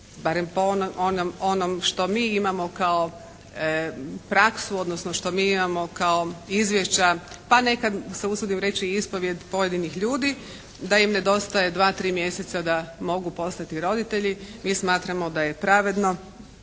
barem po onom što mi imamo kao praksu, odnosno što mi imamo kao izvješća, pa nekad se usudim reći i ispovijed pojedinih ljudi da im nedostaje dva, tri mjeseca da mogu postati roditelji i smatramo da je pravedno